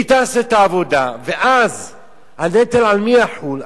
היא תעשה את העבודה, ואז הנטל, על מי יחול?